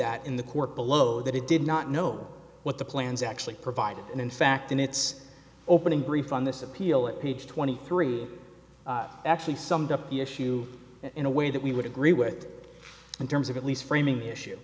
that in the court below that it did not know what the plans actually provided and in fact in its opening brief on this appeal it page twenty three actually summed up the issue in a way that we would agree with in terms of at least framing the issue